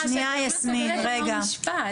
אני לא יכולה לסיים משפט.